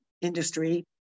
industry